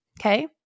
okay